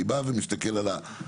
אני בא ומסתכל על העיקרון.